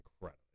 incredible